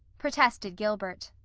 protested gilbert.